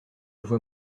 vois